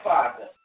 Father